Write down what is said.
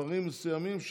דברים מסוימים,